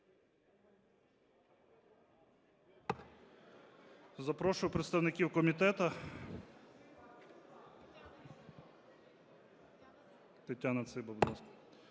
Запрошую представників комітету. Тетяна Циба, будь ласка.